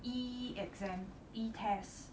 e-exam e-test